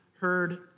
heard